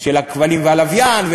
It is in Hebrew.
לשידורי כבלים ושידורי לוויין,